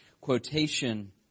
quotation